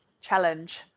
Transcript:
challenge